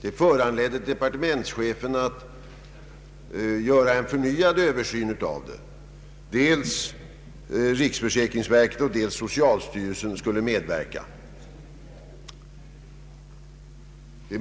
Det föranledde departementschefen att göra en förnyad översyn av frågan. Riksförsäkringsverket och socialstyrelsen skulle medverka.